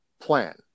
plan